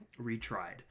retried